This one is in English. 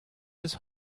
his